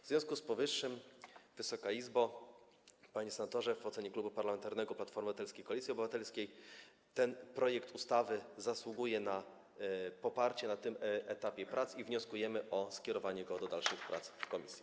W związku z powyższym, Wysoka Izbo, panie senatorze, w ocenie Klubu Parlamentarnego Platforma Obywatelska - Koalicja Obywatelska ten projekt ustawy zasługuje na poparcie na tym etapie prac i wnioskujemy o skierowanie go do dalszych prac w komisji.